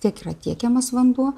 tiek yra tiekiamas vanduo